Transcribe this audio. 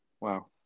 Wow